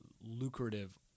lucrative